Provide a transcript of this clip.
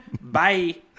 bye